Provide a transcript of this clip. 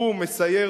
הוא מסייר